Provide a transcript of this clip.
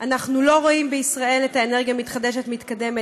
אנחנו לא רואים בישראל את האנרגיה המתחדשת מתקדמת.